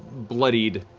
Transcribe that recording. bloodied,